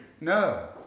No